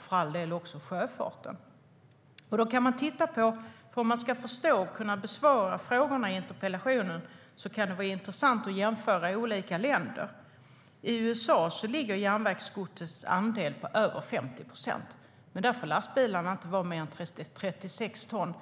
för all del också sjöfartens fördelar optimalt? För att man ska förstå och kunna besvara frågorna i interpellationen kan det vara intressant att jämföra olika länder. I USA ligger järnvägsgodsets andel på över 50 procent. Men där får lastbilarna inte väga mer än 36 ton.